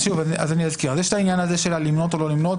אז יש העניין למנות או לא למנות